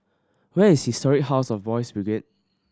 where is Historic House of Boys' Brigade